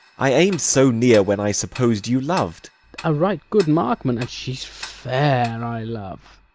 i aim'd so near when i suppos'd you lov'd a right good markman and she's fair i love.